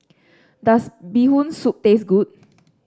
does Bee Hoon Soup taste good